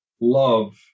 love